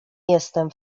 jestem